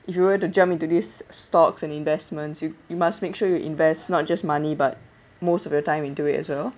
if you were to jump into this stocks and investments you you must make sure you invest not just money but most of your time into it as well